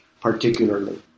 particularly